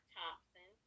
Thompson